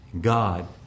God